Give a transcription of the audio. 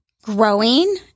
Growing